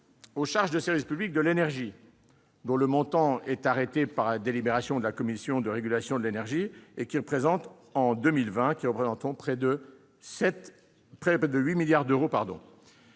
aux charges de service public de l'énergie, dont le montant est arrêté tous les ans par une délibération de la Commission de régulation de l'énergie (CRE), et qui représenteront près de 8 milliards d'euros